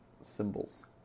symbols